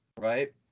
right